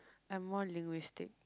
I'm more linguistic